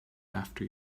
after